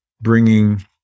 bringing